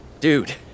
dude